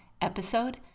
episode